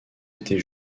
été